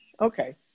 okay